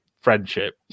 friendship